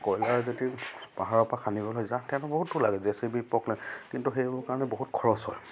কয়লা যদি পাহাৰৰপৰা খান্দিবলৈ যাওঁ তেওঁ বহুতো লাগে জে চি বি পকলেণ্ড কিন্তু সেইবোৰ কাৰণে বহুত খৰচ হয়